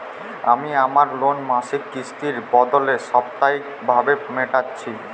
আমি আমার লোন মাসিক কিস্তির বদলে সাপ্তাহিক ভাবে মেটাচ্ছি